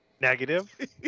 Negative